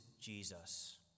Jesus